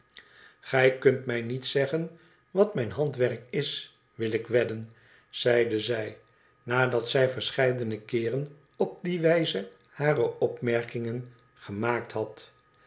igij kunt mij niet zeggen wat mijn handwerk is wil ik wedden zeide zij nadat zij verscheidene keeren op die wijze hare opmerkingen gemaakt had